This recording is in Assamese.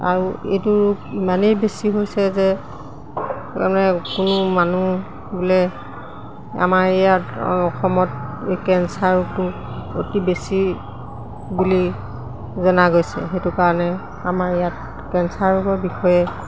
আৰু এইটো ৰোগ ইমানেই বেছি হৈছে যে তাৰমানে কোনো মানুহ বোলে আমাৰ ইয়াত অসমত এই কেন্সাৰ ৰোগটো অতি বেছি বুলি জনা গৈছে সেইটো কাৰণে আমাৰ ইয়াত কেন্সাৰ ৰোগৰ বিষয়ে